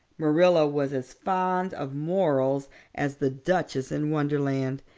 marilla was as fond of morals as the duchess in wonderland,